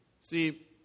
See